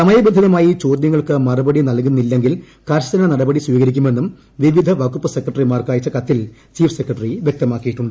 സമയ ബന്ധിതമായി ചോദ്യങ്ങൾക്ക് മറുപടി നൽകുന്നില്ലെങ്കിൽ കർശന നടപടി സ്വീകരിക്കുമെന്നും വിവിധ വകുപ്പ് സെക്രട്ടറിമാർക്ക് അയച്ച കത്തിൽ ചീഫ് സെക്രട്ടറി വൃക്തമാക്കിയിട്ടുണ്ട്